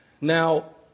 Now